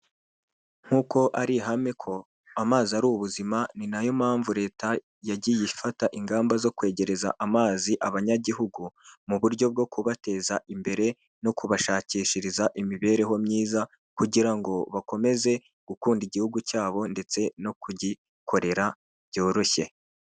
Nk'uko ari ihame ko amazi ari ubuzima ni nayo mpamvu leta yagiye ifata ingamba zo kwegereza amazi abanyagihugu, mu buryo bwo kubateza imbere no kubashakishiriza imibereho myiza kugira ngo bakomeze gukunda igihugu cyabo ndetse no kugikorera byoroshye.